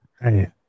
Hey